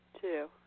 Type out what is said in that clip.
Two